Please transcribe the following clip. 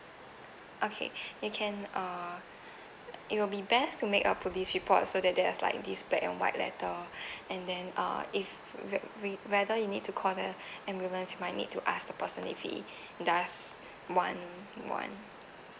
okay you can uh it will be best to make a police report so that there's like this black and white letter and then uh if we we whether you need to call the ambulance might need to ask the person if he does want one